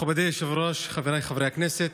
מכובדי היושב-ראש, חבריי חברי הכנסת,